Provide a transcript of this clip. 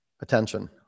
attention